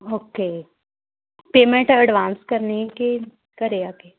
okay ਜੀ payment advance ਕਰਨੀ ਕਿ ਘਰੇ ਆ ਕੇ